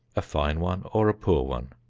a fine one or a poor one,